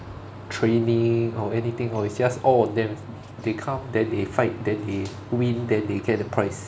training or anything or it's just all on them they come then they fight then they win then they get the prize